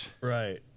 Right